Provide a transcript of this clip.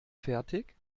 fertig